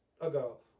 ago